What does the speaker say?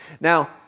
Now